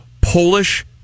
Polish